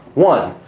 one,